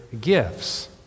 gifts